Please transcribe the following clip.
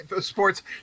sports